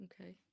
okay